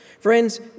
Friends